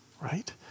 right